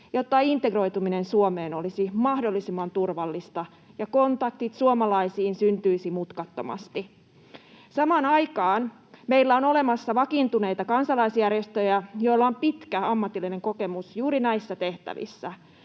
jotta integroituminen Suomeen olisi mahdollisimman turvallista ja kontaktit suomalaisiin syntyisivät mutkattomasti. Samaan aikaan meillä on olemassa vakiintuneita kansalaisjärjestöjä, joilla on pitkä ammatillinen kokemus juuri näissä tehtävissä.